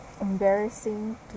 embarrassing